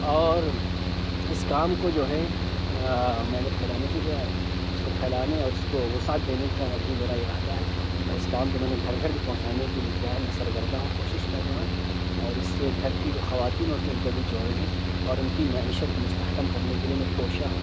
اور اِس کام کو جو ہے میں نے پھیلانے کی گویا اِس کو پھیلانے اور اِس کو وسعت دینے کا بھی میرا اِرادہ ہے اور اِس کام کو میں نے گھر گھر بھی پہنچانے کے لیے کیا ہے میں سرگردہ ہوں کوشش کر رہا ہوں اور اِس سے گھر کی جو خواتین ہوتی ہیں اِن کو بھی جوڑنے اور اُن کی معیشت کو مستحکم کرنے کے لیے میں کوشاں ہوں